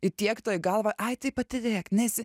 įdiegta į galvą ai tai patylėk nesi